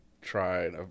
tried